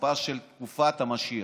בסיפא של תקופת המשיח.